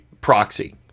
proxy